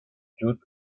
judd